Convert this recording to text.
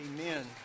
Amen